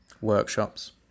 workshops